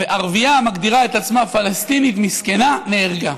וערבייה המגדירה את עצמה פלסטינית, מסכנה, נהרגה.